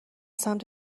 سمت